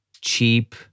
cheap